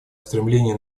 стремлении